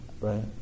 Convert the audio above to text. right